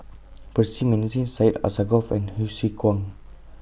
Percy Mcneice Syed Alsagoff and Hsu Tse Kwang